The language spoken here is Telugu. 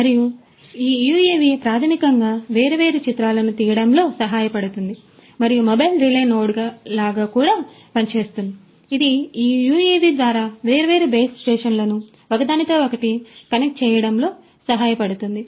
మరియు ఈ యుఎవి ప్రాథమికంగా వేర్వేరు చిత్రాలను తీయడంలో సహాయపడుతుంది మరియు మొబైల్ రిలే నోడ్ లాగా కూడా పనిచేస్తుంది ఇది ఈ యుఎవి ద్వారా వేర్వేరు బేస్ స్టేషన్లను ఒకదానితో ఒకటి కనెక్ట్ చేయడంలో సహాయపడుతుంది